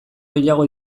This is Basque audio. gehiago